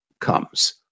comes